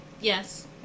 yes